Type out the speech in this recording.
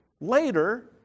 later